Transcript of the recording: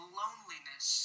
loneliness